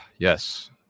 Yes